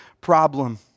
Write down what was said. problem